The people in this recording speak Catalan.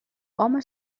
home